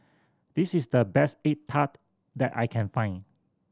this is the best egg tart that I can find